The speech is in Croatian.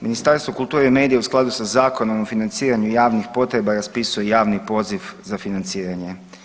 Ministarstvo kulture i medija u skladu sa Zakonom o financiranju javnih potreba raspisuje javni poziv za financiranje.